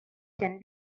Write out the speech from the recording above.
can